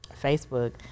Facebook